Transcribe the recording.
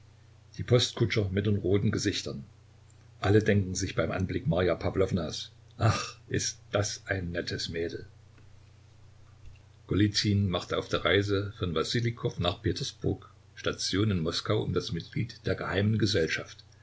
die postkutscher mit den roten gesichtern alle denken sich beim anblick marja pawlownas ach ist das ein nettes mädel golizyn machte auf der reise von wassiljkow nach petersburg station in moskau um das mitglied der geheimen gesellschaft